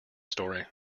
story